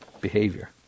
behavior